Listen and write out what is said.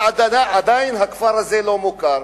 ועדיין הכפר הזה לא מוכר.